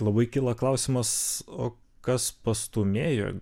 labai kyla klausimas o kas pastūmėjo